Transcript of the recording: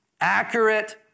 accurate